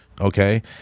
okay